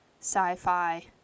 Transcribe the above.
sci-fi